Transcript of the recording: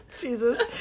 Jesus